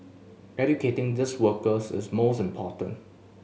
educating these workers is most important